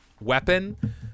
weapon